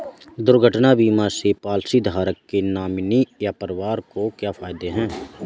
दुर्घटना बीमा से पॉलिसीधारक के नॉमिनी या परिवार को क्या फायदे हैं?